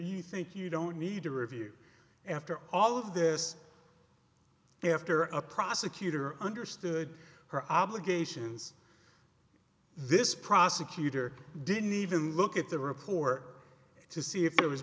you think you don't need to review after all of this after a prosecutor understood her obligations this prosecutor didn't even look at the report to see if there was